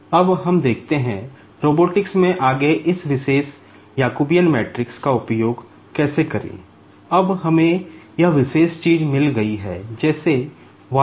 अब हम देखते हैं रोबोटिक्स में आगे इस विशेष जैकोबियन मैट्रिक्स this X